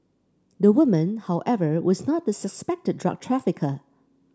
the woman however was not the suspected drug trafficker